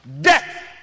death